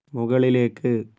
മുകളിലേക്ക്